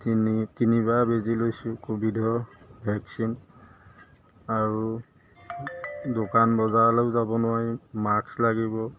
তিনি তিনিবাৰ বেজী লৈছোঁ ক'ভিডৰ ভেকচিন আৰু দোকান বজাৰলৈও যাব নোৱাৰিম মাক্স লাগিব